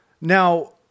now